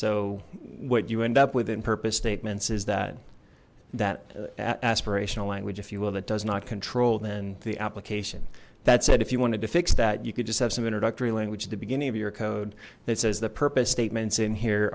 so what you end up with in purpose statements is that that aspirational language if you will that does not control then the application that said if you wanted to fix that you could just have some introductory language at the beginning of your code that says the purpose statements in here